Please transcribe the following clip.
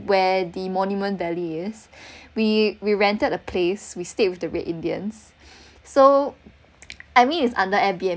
where the monument valley is we we rented a place we stayed with the red indians so I mean it's under air_bnb